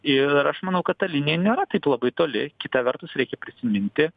ir aš manau kad ta linija nėra taip labai toli kita vertus reikia prisiminti